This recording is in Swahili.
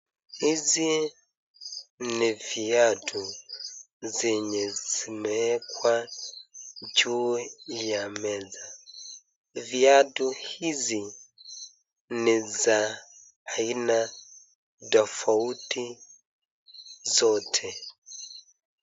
Hizi ni viatu zenye zimeekwa juu ya meza, viatu hizi ninza aina tofauti zote.